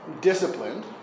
disciplined